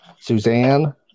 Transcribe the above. Suzanne